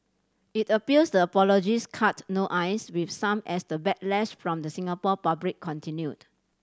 it appears the apologies cut no ice with some as the backlash from the Singapore public continued